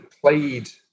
played